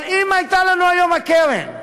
אבל אם הייתה לנו היום הקרן,